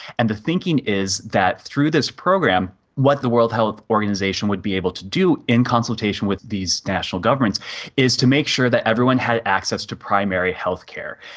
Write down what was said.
and the thinking is that through this program what's the world health organisation would be able to do in consultation with these national governments is to make sure that everyone had access to primary health care.